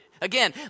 Again